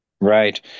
Right